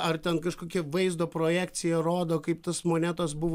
ar ten kažkokia vaizdo projekcija rodo kaip tos monetos buvo